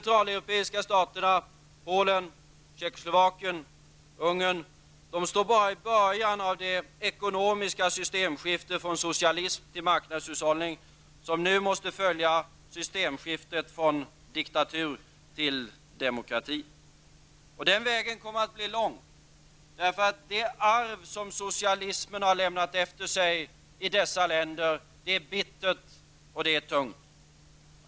Tjeckoslovakien och Ungern -- står bara i början av det ekonomiska systemskifte från socialism till marknadshushållning som nu måste följa systemskiftet från diktatur till demokrati. Den vägen kommer att bli lång. Det arv som socialismen har lämnat efter sig i dessa länder är bittert och tungt.